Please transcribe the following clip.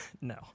No